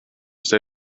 stay